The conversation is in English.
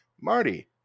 Marty